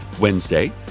Wednesday